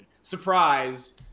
surprise